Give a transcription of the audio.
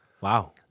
Wow